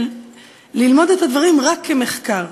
של ללמוד את הדברים רק כמחקר.